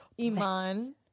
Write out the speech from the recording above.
Iman